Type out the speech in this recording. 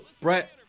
Brett